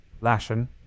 Lashing